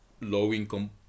low-income